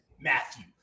Matthew